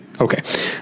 okay